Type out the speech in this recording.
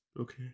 Okay